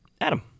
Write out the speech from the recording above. Adam